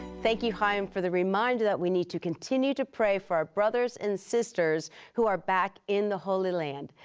thank you chaim for the reminder that we need to continue to pray for our brothers and sisters who are back in the holy land.